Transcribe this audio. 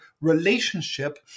relationship